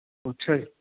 ਅੱਛਾ ਜੀ